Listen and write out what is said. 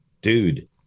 Dude